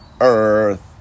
earth